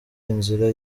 inzira